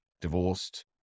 divorced